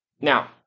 Now